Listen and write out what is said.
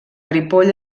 ripoll